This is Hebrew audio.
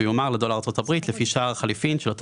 הוא יומר לדולר ארה"ב לפי שער החליפין של אותו